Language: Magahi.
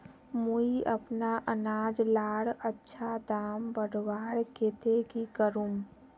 मुई अपना अनाज लार अच्छा दाम बढ़वार केते की करूम?